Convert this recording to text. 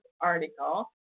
article